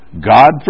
God